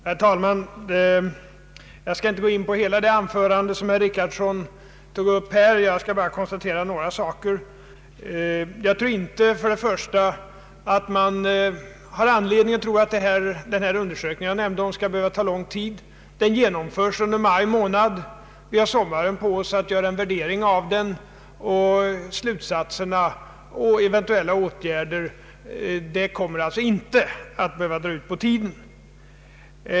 Herr talman! Jag skall inte gå in på hela det anförande som herr Richardson höll utan vill bara göra några konstateranden. Jag tror inte att man har anledning att befara att den undersökning jag nämnde skall behöva ta lång tid. Den genomförs under maj månad. Vi har sommaren på oss att göra en värdering av den, och slutsatser och eventuella åtgärder kommer alltså inte att behöva dra ut på tiden.